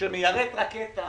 שמיירט רקטה